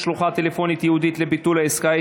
שלוחה טלפונית ייעודית לביטול עסקה),